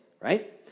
right